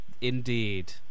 Indeed